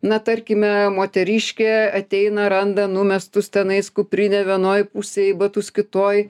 na tarkime moteriškė ateina randa numestus tenais kuprinę vienoj pusėj batus kitoj